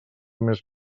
més